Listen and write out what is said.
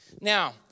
Now